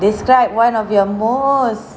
describe one of your most